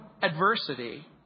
Adversity